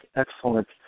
excellent